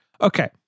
Okay